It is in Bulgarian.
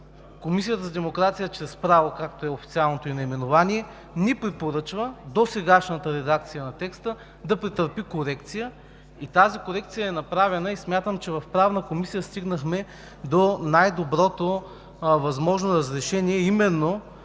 Комисията за демокрация чрез право, както е официалното ѝ наименование, ни препоръчва досегашната редакция на текста да претърпи корекция. Тази корекция е направена и смятам, че в Правна комисия стигнахме до най-доброто възможно разрешение, а именно,